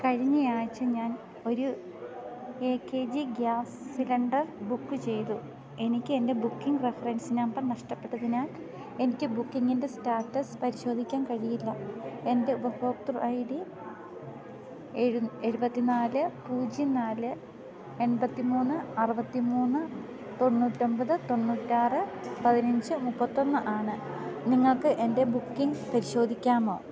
കഴിഞ്ഞയാഴ്ച ഞാനൊരു A K G gas cylinder book ചെയ്തു എനിക്കെൻ്റെ ബുക്കിംഗ് റഫറൻസ് നമ്പർ നഷ്ടപ്പെട്ടതിനാൽ എനിക്ക് ബുക്കിംഗിൻ്റെ സ്റ്റാറ്റസ് പരിശോധിക്കാൻ കഴിയില്ല എൻ്റെ ഉപഭോക്തൃ ഐ ഡി എഴുപത്തിനാല് പൂജ്യം നാല് എൺപത്തിമൂന്ന് അറുപത്തിമൂന്ന് തൊണ്ണൂറ്റിയൊമ്പത് തൊണ്ണൂറ്റിയാറ് പതിനഞ്ച് മുപ്പത്തിയൊന്ന് ആണ് നിങ്ങള്ക്കെൻ്റെ ബുക്കിംഗ് പരിശോധിക്കാമോ